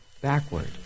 backward